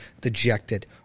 dejected